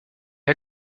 est